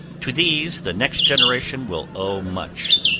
to these the next generation will owe much.